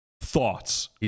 thoughts